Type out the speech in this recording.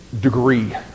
degree